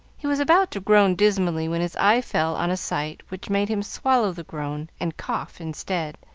he was about to groan dismally, when his eye fell on a sight which made him swallow the groan, and cough instead,